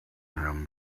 him